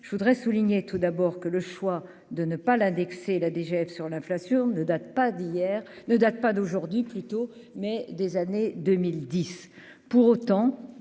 je voudrais souligner tout d'abord que le choix de ne pas l'indexer la DGF sur l'inflation ne date pas d'hier ne date pas d'aujourd'hui, taux, mais des années 2010 pour autant